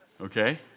Okay